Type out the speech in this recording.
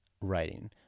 writing